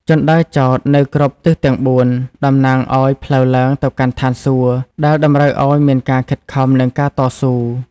ជណ្តើរចោតនៅគ្រប់ទិសទាំងបួន តំណាងឱ្យផ្លូវឡើងទៅកាន់ឋានសួគ៌ ដែលតម្រូវឱ្យមានការខិតខំ និងការតស៊ូ។